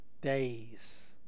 days